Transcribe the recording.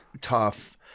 tough